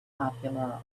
popular